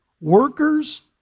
workers